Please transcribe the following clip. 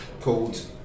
called